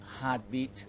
heartbeat